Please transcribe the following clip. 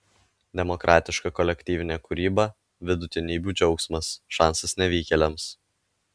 demokratiška kolektyvinė kūryba vidutinybių džiaugsmas šansas nevykėliams